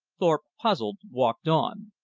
thorpe, puzzled, walked on.